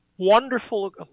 Wonderful